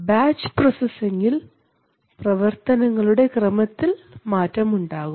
batch processing ഇൽ പ്രവർത്തനങ്ങളുടെ ക്രമത്തിൽ മാറ്റം ഉണ്ടാകും